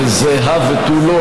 וזה הא ותו לא,